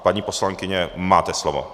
Paní poslankyně, máte slovo.